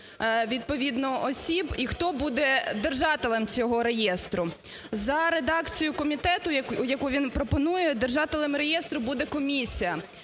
відповідно осіб і хто буде держателем цього реєстру. За редакцією комітету, яку він пропонує, держателем реєстру буде комісія.